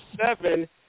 seven